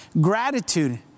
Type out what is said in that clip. Gratitude